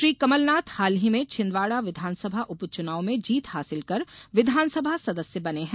श्री कमलनाथ हाल ही में छिंदवाडा विधानसभा उप चुनाव में जीत हासिल कर विधानसभा सदस्य बने हैं